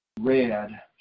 red